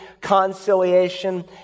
conciliation